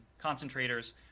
concentrators